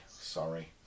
sorry